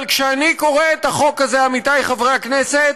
אבל כשאני קורא את החוק הזה, עמיתיי חברי הכנסת,